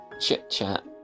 chit-chat